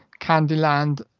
Candyland